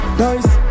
nice